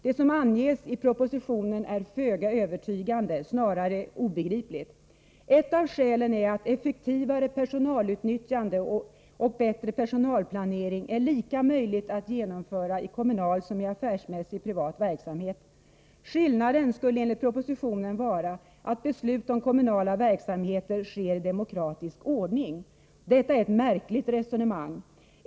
Det som anges i propositionen är föga övertygande — snarare obegripligt. Ett av skälen är att effektivare personalutnyttjande och bättre personalplanering är lika möjligt att genomföra i kommunal som i affärsmässig privat verksamhet. Skillnaden skulle enligt propositionen vara att beslut om kommunala verksamheter sker i demokratisk ordning. Detta är ett märkligt resonemang.